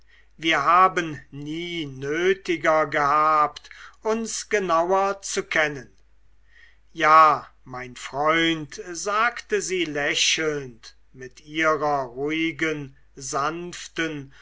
wir haben nie nötiger gehabt uns genauer zu kennen ja mein freund sagte sie lächelnd mit ihrer ruhigen sanften